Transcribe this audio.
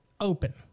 open